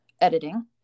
editing